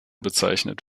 bezeichnet